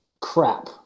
crap